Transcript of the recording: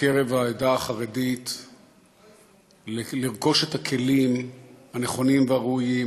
בקרב העדה החרדית לרכוש את הכלים הנכונים והראויים